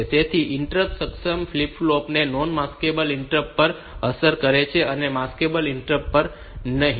તેથી ઇન્ટરપ્ટ સક્ષમ flip flop non maskable interrupt પર અસર કરે છે અને માસ્કેબલ ઇન્ટરપ્ટ પર નહીં